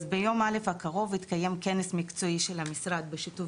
ביום ראשון הקרוב יתקיים כנס מקצועי של המשרד בשיתוף